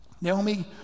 Naomi